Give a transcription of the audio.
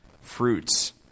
Fruits